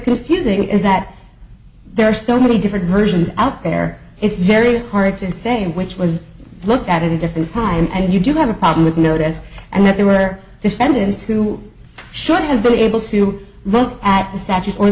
confusing is that there are so many different versions out there it's very hard to say which was look at it a different time and you do have a problem with no desk and there were defendants who should have been able to look at